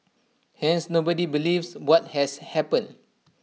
hence nobody believes what has happened